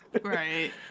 Right